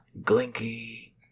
glinky